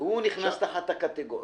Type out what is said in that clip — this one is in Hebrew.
הוא נכנס תחת הקטגוריה.